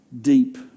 deep